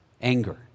anger